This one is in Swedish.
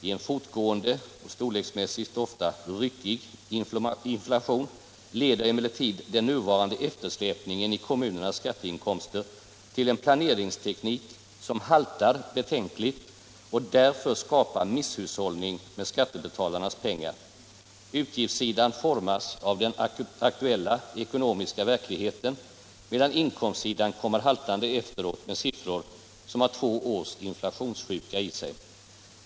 I en fortgående och storleksmässigt ofta ryckig inflation leder emellertid den nuvarande eftersläpningen i kommunernas skatteinkomster till en planeringsteknik som haltar betänkligt och därför skapar misshushållning med skattebetalarnas pengar. Utgiftssidan formas av den aktuella ekonomiska verkligheten, medan inkomstsidan kommer haltande efteråt med siffror som har två års inflationssjuka i sig.